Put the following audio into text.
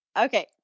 Okay